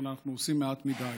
אבל אנחנו עושים מעט מדי.